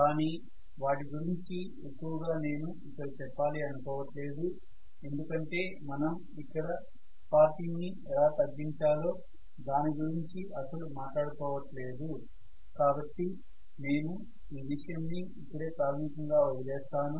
కానీ వాటి గురించి ఎక్కువ గా నేను ఇక్కడ చెప్పాలి అనుకోవట్లేదు ఎందుకంటే మనం ఇక్కడ స్పార్కింగ్ ని ఎలా తగ్గించాలో దాని గురించి అస్సలు మాట్లాడుకోవట్లేదు కాబట్టి నేను ఈ విషయం ని ఇక్కడే ప్రాథమికంగా వదిలేస్తాను